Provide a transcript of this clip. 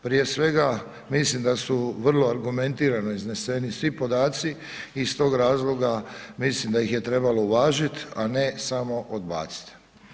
Prije svega, mislim da su vrlo argumentirano izneseni svi podaci i iz tog razloga, mislim da ih je trebalo uvažiti, a ne samo odbaciti.